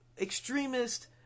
extremist